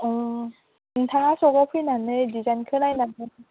अ नोंथाङा स'खआव फैनानै डिजाइनखौ नायलांदो